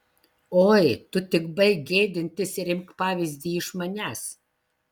oi tu tik baik gėdintis ir imk pavyzdį iš manęs